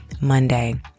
Monday